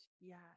Yes